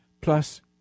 plus